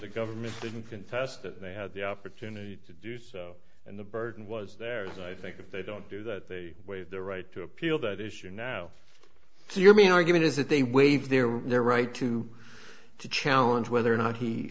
the government didn't contest that they had the opportunity to do so and the burden was theirs and i think if they don't do that they waive their right to appeal that issue now your main argument is that they waive their right to to challenge whether or not he